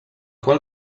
qual